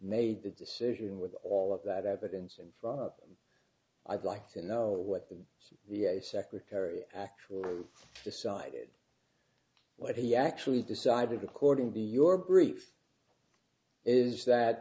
made the decision with all of that evidence and i'd like to know what the the secretary actually decided what he actually decided according to your brief is that